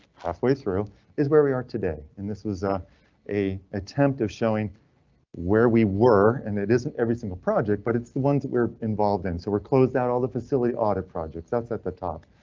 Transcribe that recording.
halfway through is where we are today, and this was ah a attempt of showing where we were, and it isn't every single project, but it's the ones that were involved in, so we're closed out. all the facility audit projects that's at the top.